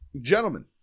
Gentlemen